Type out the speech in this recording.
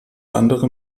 andere